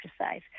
exercise